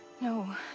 no